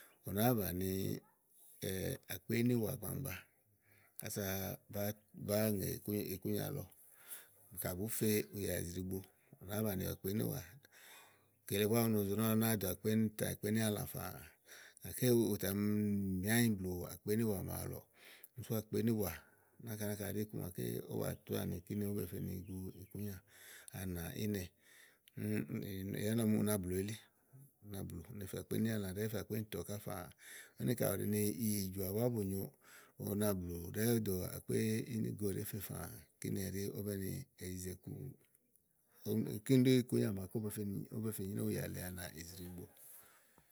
ú nàá bani àkpé ínìwà bànba kása bàa bà ŋè ikùnya lɔ. Kayi bùú fe ùyà ìzì ɖìigbo ù ɖàá banìi àkpé íniwà. Kele búá u no zo nɔ̀lɔ ú náa bàni àkpé íìntã blɛ̀ɛ íniàlã fàà, gàké ùtà miɖì ányi blù àkplé íniwàà. Sù àkplé ínìwà náka náka ɖi iku màa ówò be fe ni gu ikúnyà a nà ínɛ̀. Úni ɔmi ni u na blù elí, u na blù u ne fè àkpé íniàlã ɖèé fe àkpéíìntɔ káfàá úni kayi ìyì jɔ̀à nyòo u na blù ɖɛ̀ɛ̀ fò dò àkpé inigo gbinè ówo be ni yize iku. Kíni ɖí ikúnyà màa be fe nyréwu ùyà lèe a nà ɛziye ɖíbo.